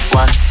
one